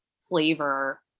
flavor